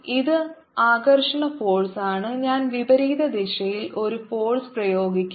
ഇത് ആകർഷണ ഫോഴ്സ് ആണ് ഞാൻ വിപരീത ദിശയിൽ ഒരു ഫോഴ്സ് പ്രയോഗിക്കും